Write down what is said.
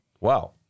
Wow